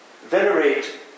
venerate